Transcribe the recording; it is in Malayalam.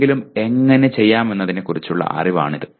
എന്തെങ്കിലും എങ്ങനെ ചെയ്യാമെന്നതിനെക്കുറിച്ചുള്ള അറിവാണ് അത്